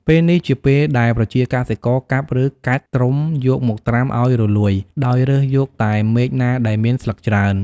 ពេលនេះជាពេលដែលប្រជាកសិករកាប់ ឬ កាច់ត្រុំយកមកត្រាំឱ្យរលួយ ដោយរើសយកតែមែកណាដែលមានស្លឹកច្រើន។